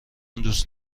دوست